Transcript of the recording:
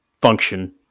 function